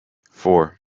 four